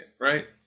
right